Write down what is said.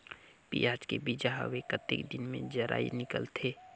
पियाज के बीजा हवे कतेक दिन मे जराई निकलथे?